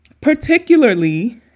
Particularly